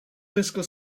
fiscal